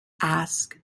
asked